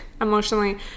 emotionally